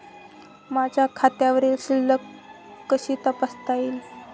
माझ्या खात्यावरील शिल्लक कशी तपासता येईल?